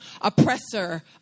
oppressor